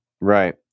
Right